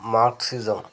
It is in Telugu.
మార్క్సిజం